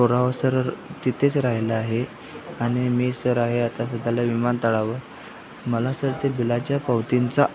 पुरावा सर तिथेच राहिलं आहे आणि मी सर आहे आता सध्या विमानतळावर मला सर ते बिलाच्या पावतींचा